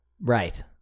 Right